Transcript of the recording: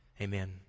Amen